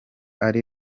ari